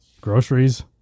groceries